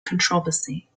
controversy